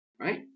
right